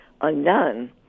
undone